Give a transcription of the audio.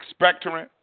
expectorant